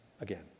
again